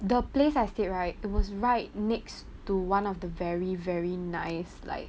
the place I stayed right it was right next to one of the very very nice like